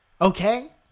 Okay